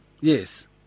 Yes